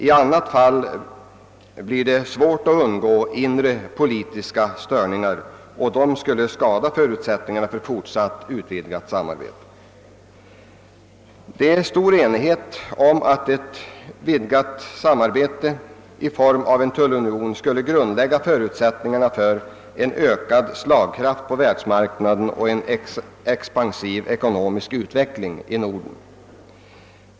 I annat fall blir det svårt att undgå inre politiska störningar, och sådana skulle skada förutsättningarna för fortsatt utvidgning av samarbetet. Det råder stor enighet om att ett utvidgat nordiskt samarbete i form av en tullunion skulle grundlägga förutsättningarna för en ökad slagkraft på världsmarknaden och en expansiv ekonomisk utveckling i Norden.